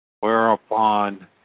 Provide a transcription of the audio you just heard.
Whereupon